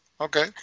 okay